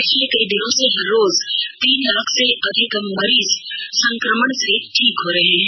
पिछले कई दिनों से हर रोज तीन लाख से अधिक मरीज संक्रमण से ठीक हो रहे हैं